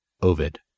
Ovid